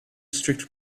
strict